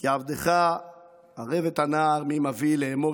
"כי עבדך ערַב את הנער מעִם אבי לאמֹר